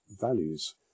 values